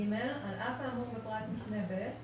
"(ג)על אף האמור בפרט משנה (ב),